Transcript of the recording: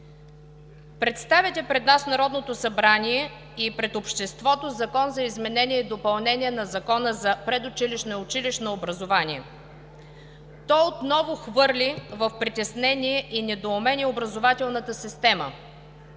Представяте пред нас в Народното събрание и пред обществото Закон за изменение и допълнение на Закона за предучилищното и училищното образование. Той отново хвърли в притеснение и недоумение образователната система.